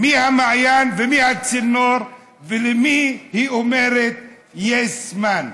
מי המעיין ומי הצינור, ולמי היא אומרת שיש זמן?